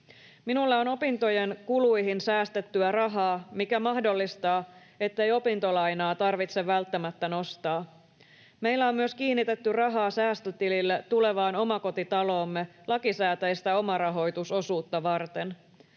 Minulla on opintojen kuluihin säästettyä rahaa, mikä mahdollistaa, ettei opintolainaa tarvitse välttämättä nostaa. Meillä on myös kiinnitetty rahaa säästötilille tulevaan omakotitaloomme lakisääteistä omarahoitusosuutta varten.